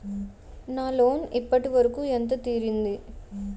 నా లోన్ ఇప్పటి వరకూ ఎంత తీరింది?